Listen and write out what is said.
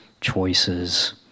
choices